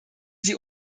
sie